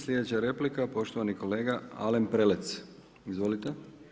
Sljedeća replika poštovani kolega Alen Prelec, izvolite.